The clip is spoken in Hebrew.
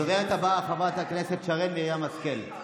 הדוברת הבאה, חברת הכנסת שרן מרים השכל.